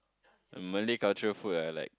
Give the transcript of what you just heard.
Malay cultural food ah I like